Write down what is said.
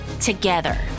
together